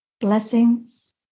Blessings